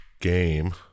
game